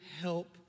help